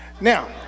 now